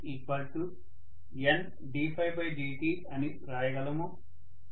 మనము LdidtNddt అని వ్రాయగలము